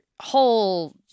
whole